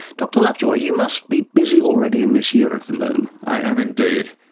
dr lovejoy, you must be busy already in this year of the moon. i am indeed.